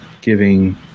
giving